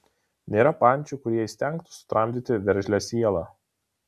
nėra pančių kurie įstengtų sutramdyti veržlią sielą